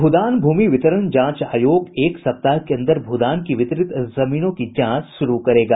भूदान भूमि वितरण जांच आयोग एक सप्ताह के अंदर भूदान की वितरित जमीनों की जांच शुरू करेगा